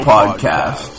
Podcast